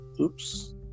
oops